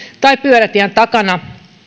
tai pyörätien takana